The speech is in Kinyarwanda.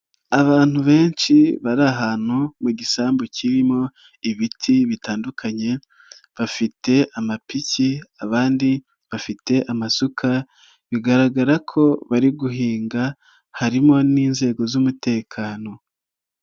Abantu benshi bari ahantu mu gisambu kirimo ibiti bitandukanye bafite amapiki abandi bafite amasuka, bigaragara ko bari guhinga harimo n'inzego z'umutekano.